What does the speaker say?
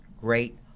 great